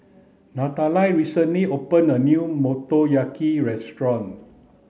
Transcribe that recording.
Natalia recently opened a new Motoyaki restaurant